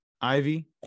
Ivy